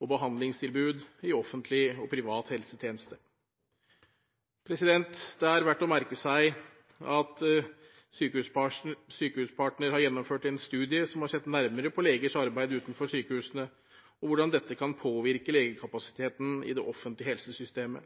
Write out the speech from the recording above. og behandlingstilbud i offentlig og privat helsetjeneste. Det er verdt å merke seg at Sykehuspartner har gjennomført en studie som har sett nærmere på legers arbeid utenfor sykehusene og hvordan dette kan påvirke legekapasiteten i det offentlige helsesystemet.